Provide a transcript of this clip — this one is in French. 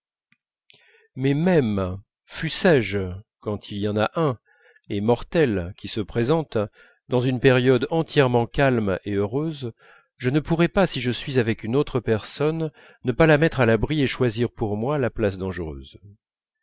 mais même fussé je quand il y en a un et mortel qui se présente dans une période entièrement calme et heureuse je ne pourrais pas si je suis avec une autre personne ne pas la mettre à l'abri et choisir pour moi la place dangereuse